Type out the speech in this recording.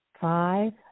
five